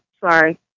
sorry